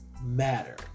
matter